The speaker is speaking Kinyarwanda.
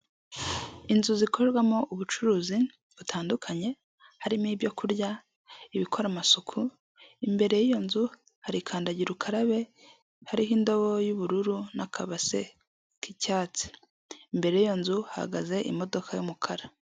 Inzu zikorerwamo ubucuruzi butandukanye, harimo ibyo kurya, ibikora amasuku, imbere y'iyo nzu hari kandagira ukarabe, hariho indobo y'ubururu n'akabase k'icyatsi. Imbere y'iyo nzu hahagaze imodoka y'umukara.